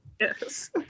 yes